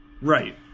Right